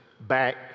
back